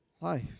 life